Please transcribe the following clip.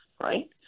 right